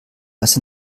was